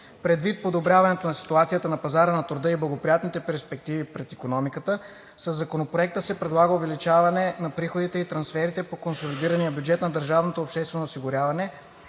Предвид подобряването на ситуацията на пазара на труда и благоприятните перспективи пред икономиката със Законопроекта се предлага увеличаване на приходите и трансферите по консолидирания бюджет на държавното обществено осигуряване